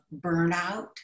burnout